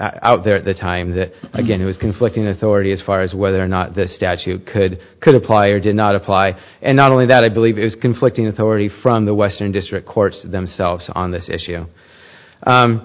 out there at the time that again it was conflicting authority as far as whether or not the statute could could apply or did not apply and not only that i believe is conflicting authority from the western district courts themselves on this issue